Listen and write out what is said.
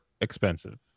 expensive